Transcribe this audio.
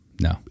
no